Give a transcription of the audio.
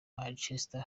manchester